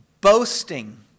Boasting